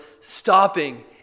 stopping